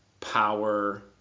power